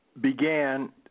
began